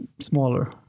smaller